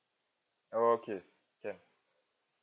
okay can